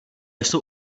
jsou